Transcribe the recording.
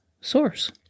source